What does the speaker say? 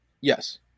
yes